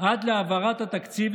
עד להעברת התקציב,